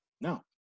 no